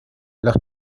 los